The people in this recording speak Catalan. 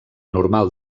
normal